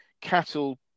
cattle